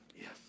Yes